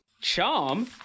Charm